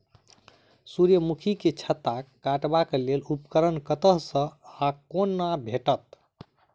सूर्यमुखी केँ छत्ता काटबाक लेल उपकरण कतह सऽ आ कोना भेटत?